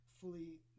fully